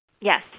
Yes